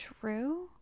true